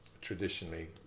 traditionally